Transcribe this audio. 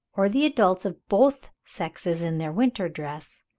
or the adults of both sexes in their winter dress,